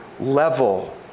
level